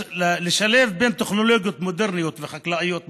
לשלב בין טכנולוגיות מודרניות וחקלאות מסורתית,